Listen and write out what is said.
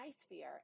sphere